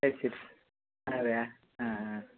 അതെയോ അ ആ